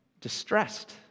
distressed